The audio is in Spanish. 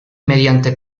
mediante